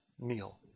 meal